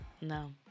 No